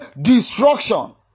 destruction